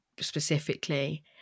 Specifically